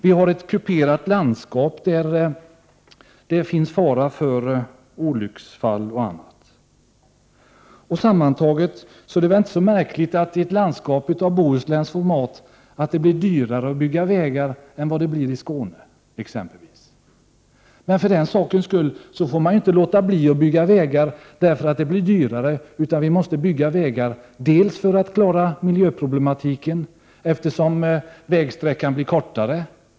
Vi har ett kuperat landskap, där det finns fara för olycksfall osv. Det är väl inte så märkligt att det i ett landskap av Bohusläns format blir dyrare att bygga vägar än vad det blir i exempelvis Skåne. Men man får ju inte låta bli att bygga vägar därför att det blir dyrare, utan vi måste bygga vägar. Vi klarar då miljöproblemen, eftersom vägsträckan blir kortare.